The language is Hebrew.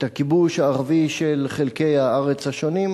את הכיבוש הערבי של חלקי הארץ השונים,